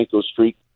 streak